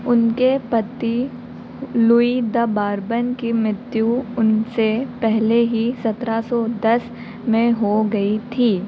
उनके पति Louis de Bourbon की मृत्यु उनसे पहले ही सत्रह सौ दस में हो गई थी